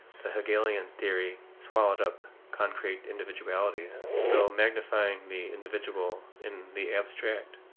the hegelian theory swallowed up concrete individualities, though magnifying the individual in the abstract.